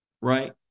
right